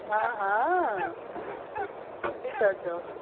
हा हा त सही था चओ